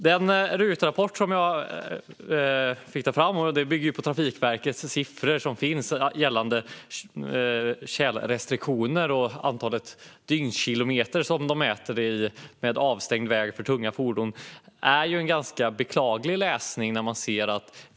Den RUT-rapport jag lät ta fram, som bygger på Trafikverkets siffror gällande tjälrestriktioner och antalet dygnskilometer som mäts i avstängd väg för tunga fordon, är ganska sorglig läsning.